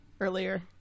earlier